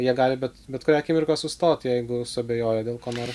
jie gali bet bet kurią akimirką sustoti jeigu suabejojo dėl ko nors